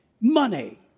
money